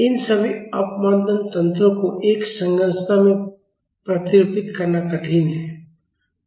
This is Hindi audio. इन सभी अवमंदन तंत्रों को एक संरचना में प्रतिरूपित करना कठिन है